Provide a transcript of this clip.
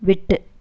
விட்டு